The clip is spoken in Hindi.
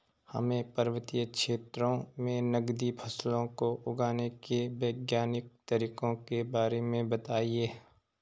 हमें पर्वतीय क्षेत्रों में नगदी फसलों को उगाने के वैज्ञानिक तरीकों के बारे में बताइये?